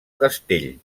castell